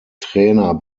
trainer